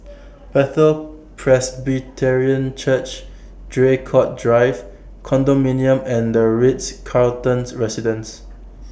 Bethel Presbyterian Church Draycott Drive Condominium and The Ritz Carlton's Residences